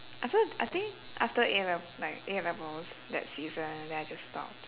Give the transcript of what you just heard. after I think after A lev~ like A levels that season then I just stopped